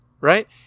right